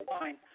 wine